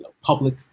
public